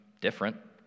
different